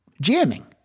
jamming